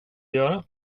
göra